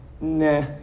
nah